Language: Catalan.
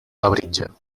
labritja